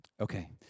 okay